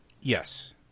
yes